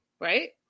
right